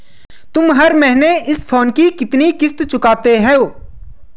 तुम हर महीने इस फोन की कितनी किश्त चुकाते हो?